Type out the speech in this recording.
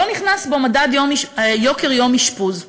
אבל לא נכנס בו מדד יוקר יום אשפוז.